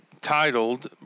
titled